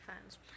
fans